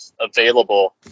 available